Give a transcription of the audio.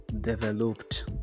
developed